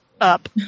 up